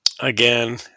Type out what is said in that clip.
Again